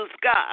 God